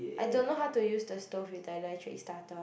I don't know how to use the stove with the electric starter